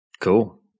Cool